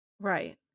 Right